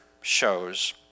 shows